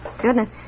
Goodness